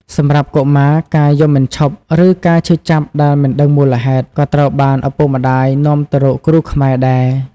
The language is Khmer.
សម្រាប់កុមារ ការយំមិនឈប់ ឬការឈឺចាប់ដែលមិនដឹងមូលហេតុ ក៏ត្រូវបានឪពុកម្តាយនាំទៅរកគ្រូខ្មែរដែរ។